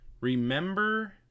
remember